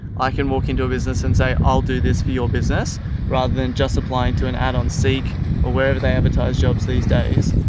i can walk into a business and say, i'll do this for your business rather than just applying to an ad on seek or wherever they advertise jobs these days.